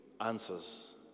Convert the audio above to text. answers